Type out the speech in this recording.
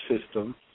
system